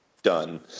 done